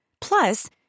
Plus